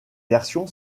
version